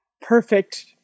perfect